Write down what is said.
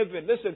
listen